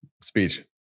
speech